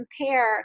compare